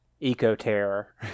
Eco-terror